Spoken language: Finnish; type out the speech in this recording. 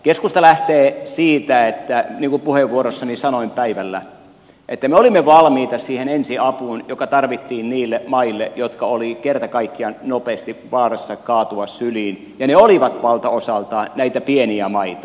keskusta lähtee siitä niin kuin puheenvuorossani sanoin päivällä että me olimme valmiita siihen ensiapuun joka tarvittiin niille maille jotka olivat kerta kaikkiaan nopeasti vaarassa kaatua syliin ja ne olivat valtaosaltaan näitä pieniä maita